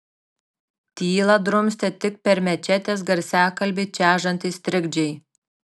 tylą drumstė tik per mečetės garsiakalbį čežantys trikdžiai